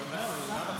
למה כספים?